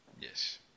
Yes